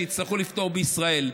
שיצטרכו לפתור בישראל,